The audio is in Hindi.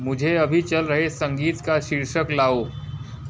मुझे अभी चल रहे संगीत का शीर्षक लाओ